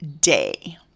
day